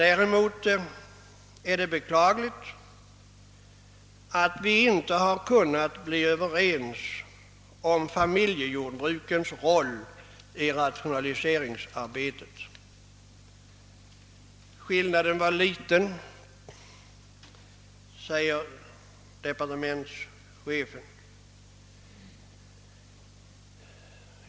Däremot är det beklagligt att vi inte har kunnat bli överens om familjejordbrukens roll i rationaliseringsarbetet. Skillnaden är liten, säger departementschefen.